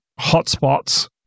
hotspots